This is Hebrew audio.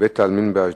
בבית-העלמין באשדוד.